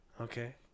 Okay